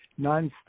nonstop